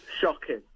Shocking